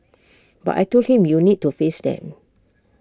but I Told him you need to face them